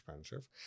expensive